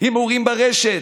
הימורים ברשת,